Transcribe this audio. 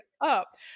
up